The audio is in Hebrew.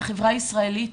בחברה הישראלית